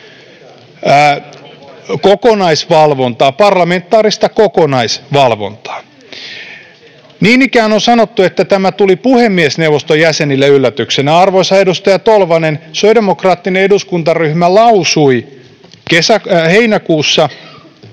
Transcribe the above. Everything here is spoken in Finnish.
Kokonaisvalvontaa, parlamentaarista kokonaisvalvontaa. Niin ikään on sanottu, että tämä tuli puhemiesneuvoston jäsenille yllätyksenä. Arvoisa edustaja Tolvanen, sosiaalidemokraattinen eduskuntaryhmä lausui heinäkuussa,